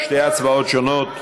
שתי הצבעות שונות.